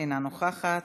אינה נוכחת,